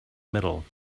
middle